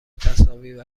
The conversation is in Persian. تصاویر